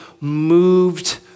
moved